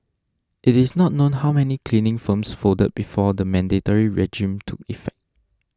it is not known how many cleaning firms folded before the mandatory regime took effect